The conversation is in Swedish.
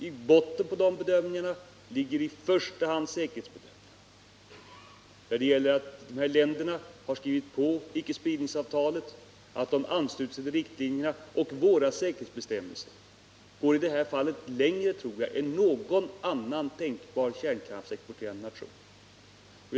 I botten på de bedömningarna ligger i första hand säkerhetsförhållandena, att de här länderna har skrivit på ickespridningsavtalet och att de anslutit sig till riktlinjerna. Våra säkerhetsbestämmelser går i det fallet längre, tror jag, än någon annan tänkbar kärnkraftsexporterande nations.